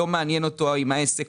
העסק.